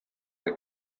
the